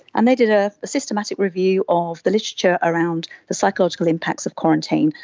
and they did a systematic review of the literature around the psychological impacts of quarantine.